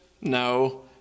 No